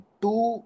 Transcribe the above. two